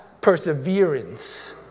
Perseverance